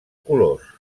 colors